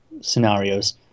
scenarios